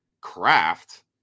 craft